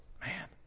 man